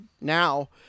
now